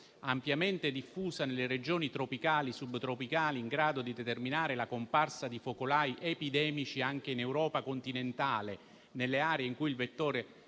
ampiamente diffusa nelle regioni tropicali e subtropicali, in grado di determinare la comparsa di focolai epidemici anche in Europa continentale, nelle aree in cui il vettore